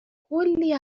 کلی